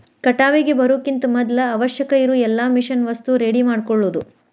ಕಟಾವಿಗೆ ಬರುಕಿಂತ ಮದ್ಲ ಅವಶ್ಯಕ ಇರು ಎಲ್ಲಾ ಮಿಷನ್ ವಸ್ತು ರೆಡಿ ಮಾಡ್ಕೊಳುದ